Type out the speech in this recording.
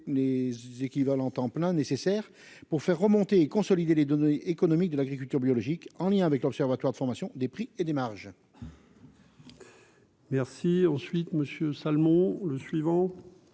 les équivalents temps plein, nécessaire pour faire remonter et consolider les données économiques de l'agriculture biologique en lien avec l'Observatoire de formation des prix et des marges. Merci ensuite Monsieur Salmon le suivant.